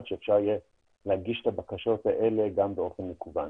שאפשר יהיה להגיש את הבקשות האלה גם באופן מקוון.